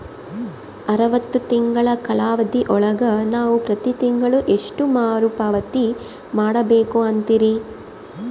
ಅರವತ್ತು ತಿಂಗಳ ಕಾಲಾವಧಿ ಒಳಗ ನಾವು ಪ್ರತಿ ತಿಂಗಳು ಎಷ್ಟು ಮರುಪಾವತಿ ಮಾಡಬೇಕು ಅಂತೇರಿ?